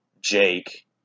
Jake